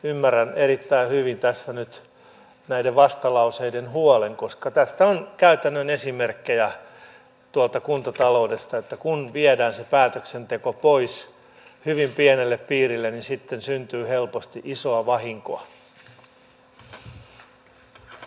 ymmärrän erittäin hyvin tässä nyt näiden vastalauseiden huolen koska tästä on käytännön esimerkkejä kuntataloudesta että kun viedään se päätöksenteko pois hyvin pienelle piirille niin sitten syntyy helposti isoa vahinkoa